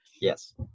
Yes